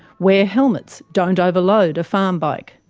wear helmets. don't overload a farm bike.